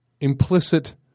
implicit